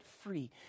free